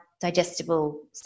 digestible